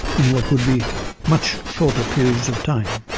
in what would be much shorter periods of time.